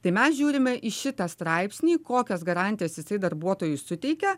tai mes žiūrime į šitą straipsnį kokias garantijas jisai darbuotojui suteikia